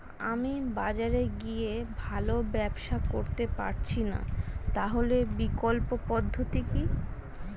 আমি বাজারে গিয়ে ভালো ব্যবসা করতে পারছি না তাহলে বিকল্প পদ্ধতি কি?